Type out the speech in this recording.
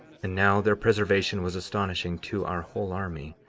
and now, their preservation was astonishing to our whole army,